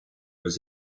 was